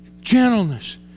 Gentleness